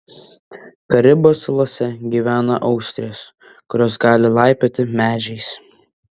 karibų salose gyvena austrės kurios gali laipioti medžiais